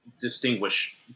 distinguish